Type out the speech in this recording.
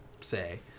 say